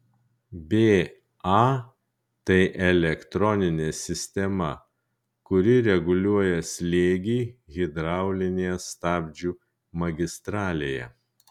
ba tai elektroninė sistema kuri reguliuoja slėgį hidraulinėje stabdžių magistralėje